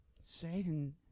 Satan